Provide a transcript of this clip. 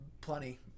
plenty